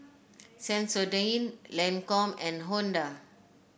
Sensodyne Lancome and Honda